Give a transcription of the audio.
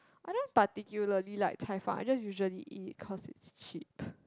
I don't particularly like 菜饭:Cai Fan I just usually eat cause it's cheap